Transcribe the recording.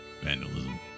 vandalism